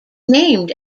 named